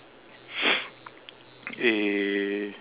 eh